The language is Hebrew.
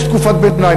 ויש תקופת ביניים.